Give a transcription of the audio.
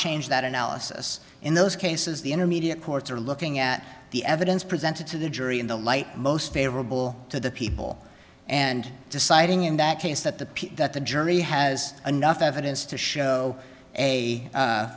change that analysis in those cases the intermediate courts are looking at the evidence presented to the jury in the light most favorable to the people and deciding in that case that the that the jury has enough evidence to show a